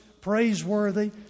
praiseworthy